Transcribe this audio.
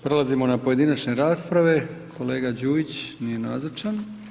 Prelazimo na pojedinačne rasprave, kolega Đujić nije nazočan.